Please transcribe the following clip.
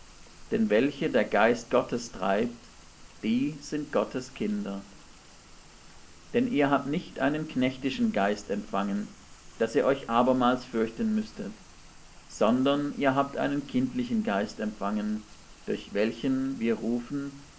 denn welche der geist gottes treibt die sind gottes kinder denn ihr habt nicht einen knechtischen geist empfangen daß ihr euch abermals fürchten müßtet sondern ihr habt einen kindlichen geist empfangen durch welchen wir rufen